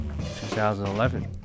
2011